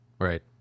Right